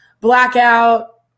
blackout